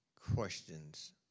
questions